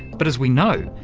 but as we know,